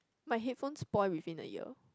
my headphone spoil within a year